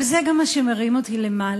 אבל זה גם מה שמרים אותי למעלה,